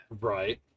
Right